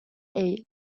eye